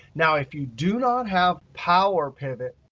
now if you do not have power pivot,